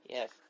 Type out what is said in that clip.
Yes